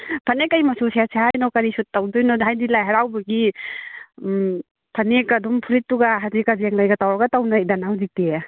ꯐꯅꯦꯛ ꯀꯔꯤ ꯃꯆꯨ ꯁꯦꯠꯁꯦ ꯍꯥꯏꯅꯣ ꯀꯔꯤ ꯁꯨꯠ ꯇꯧꯗꯣꯏꯅꯣꯗ ꯍꯥꯏꯗꯤ ꯂꯥꯏ ꯍꯔꯥꯎꯕꯒꯤ ꯐꯅꯦꯛꯀ ꯑꯗꯨꯝ ꯐꯨꯔꯤꯠꯇꯨꯒ ꯍꯥꯏꯗꯤ ꯀꯖꯦꯡ ꯂꯩꯒ ꯇꯧꯔꯒ ꯇꯧꯅꯩꯗꯅ ꯍꯧꯖꯤꯛꯇꯤ